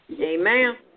Amen